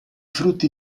frutti